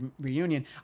reunion